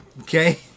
okay